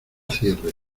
cierre